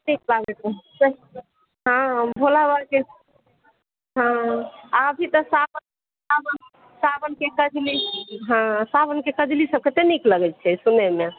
हँ भोला बाबाके हँ अभी तऽ साओनके कजली हँ साओनके कजलीसभ कतेक नीक लगैत छै सुनैमे